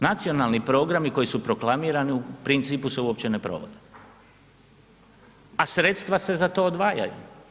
Nacionalni programi koji su proklamirani u principu se uopće ne provode, a sredstva se za to odvajaju.